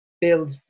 build